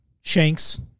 Shanks